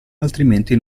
altrimenti